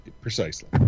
Precisely